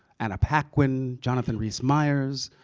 and paquin, jonathan rhys meyers,